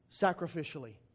sacrificially